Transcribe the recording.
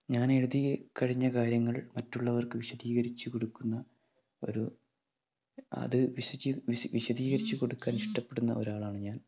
ഞാൻ എഴുതി കഴിഞ്ഞ കാര്യങ്ങൾ മറ്റുള്ളവർക്ക് വിശദീകരിച്ച് കൊടുക്കുന്ന ഒരു അത് വിശചീ വിശദീകരിച്ച് കൊടുക്കാൻ ഇഷ്ട്ടപ്പെടുന്ന ഒരാളാണ് ഞാൻ